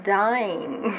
dying